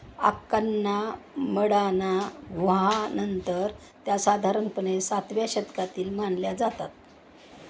अक्कन्ना मडाना गुहांनंतर त्या साधारणपणे सातव्या शतकातील मानल्या जातात